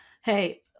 Hey